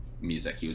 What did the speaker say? music